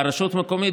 והרשות המקומית,